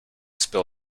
spill